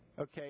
Okay